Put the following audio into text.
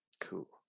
Cool